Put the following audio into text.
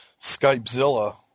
Skypezilla